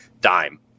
dime